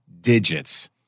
digits